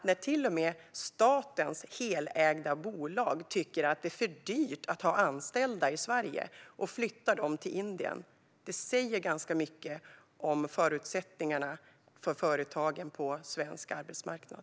När till och med statens helägda bolag tycker att det är för dyrt att ha anställda i Sverige och flyttar dem till Indien säger det ganska mycket om förutsättningarna för företagen på svensk arbetsmarknad.